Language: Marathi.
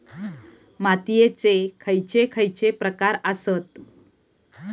मातीयेचे खैचे खैचे प्रकार आसत?